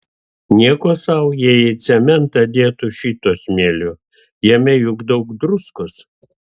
nieko sau jei į cementą dėtų šito smėlio jame juk daug druskos